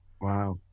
Wow